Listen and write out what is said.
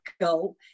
go